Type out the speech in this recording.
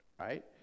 Right